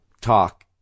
talk